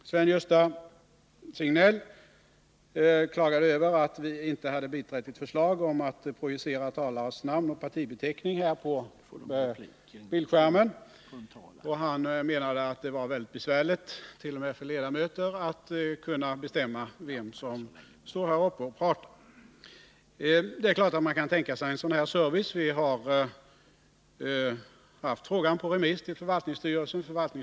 Sven-Gösta Signell klagade över att vi inte hade biträtt ett förslag om att projicera talares namn och partibeteckning på bildskärmen, och han menade att det är väldigt besvärligt t.o.m. för ledamöter att avgöra vem som står i talarstolen. Det är klart att man kan tänka sig en sådan service. Vi har haft frågan på remiss till förvaltningsstyrelsen.